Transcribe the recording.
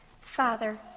Father